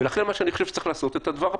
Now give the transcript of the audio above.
ולכן אני חושב שצריך לעשות את הדבר הפשוט: